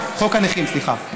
חוק הנכים, חוק הנכים, סליחה.